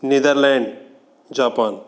Netherlands Japan